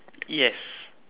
yes